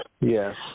Yes